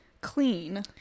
clean